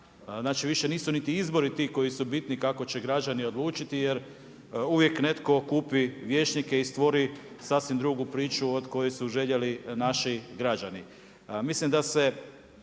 znači više nisu niti izbori koji su bitni kako će građani odlučiti jer uvijek netko kupi vijećnike i stvori sasvim drugu priče od koje su željeli naši građani.